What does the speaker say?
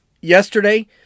Yesterday